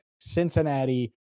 Cincinnati